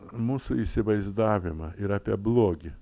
mūsų įsivaizdavimą ir apie blogį